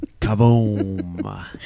Kaboom